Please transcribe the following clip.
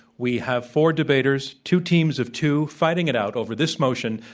we have four debaters, two teams of two, fighting it out over this motion,